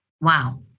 Wow